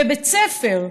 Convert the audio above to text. בבית ספר.